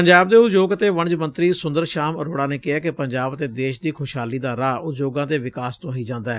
ਪੰਜਾਬ ਦੇ ਉਦਯੋਗ ਅਤੇ ਵਣਜ ਮੰਤਰੀ ਸੁੰਦਰ ਸ਼ਾਮ ਅਰੋੜਾ ਨੇ ਕਿਹੈ ਕਿ ਪੰਜਾਬ ਅਤੇ ਦੇਸ਼ ਦੀ ਖੁਸ਼ਹਾਲੀ ਦਾ ਰਾਹ ਉਦਯੋਗਾਂ ਦੇ ਵਿਕਾਸ ਤੋਂ ਹੀ ਜਾਂਦੈ